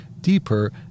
deeper